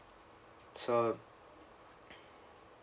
so